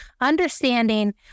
understanding